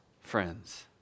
friends